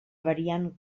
variant